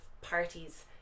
parties